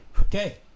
Okay